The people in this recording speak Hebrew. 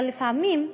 אבל לפעמים,